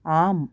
आम्